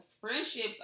friendships